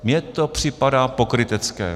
Mně to připadá pokrytecké.